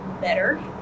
better